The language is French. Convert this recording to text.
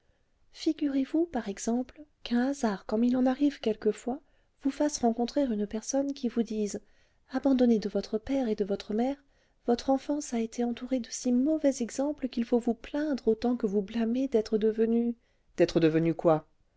figurez-vous par exemple qu'un hasard comme il en arrive quelquefois vous fasse rencontrer une personne qui vous dise abandonnée de votre père et de votre mère votre enfance a été entourée de si mauvais exemples qu'il faut vous plaindre autant que vous blâmer d'être devenue d'être devenue quoi